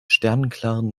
sternenklaren